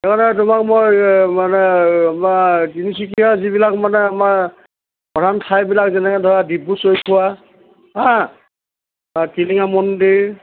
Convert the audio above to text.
তাৰমানে তোমাক মই মানে তিনিচুকীয়া যিবিলাক মানে আমাৰ সাধাৰণ ঠাইবিলাক যেনেকৈ ধৰা ডিব্ৰু চৈখোৱা হা টিলিঙা মন্দিৰ